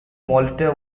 molitor